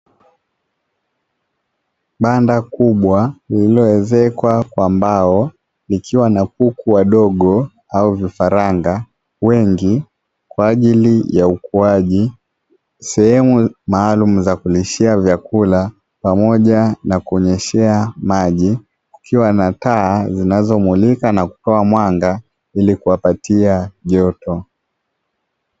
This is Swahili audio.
Banda kubwa lililoezekwa kwa mbao likiwa na kuku wadogo au vifaranga wengi kwa ajili ya ukuaji, sehemu maalumu za kulishia vyakula pamoja na kunyweshea maji; kukiwa na taa zinazomulika na kutoa mwanga ili kuwapatia joto.